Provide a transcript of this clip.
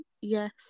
yes